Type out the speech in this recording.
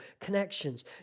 connections